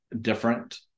different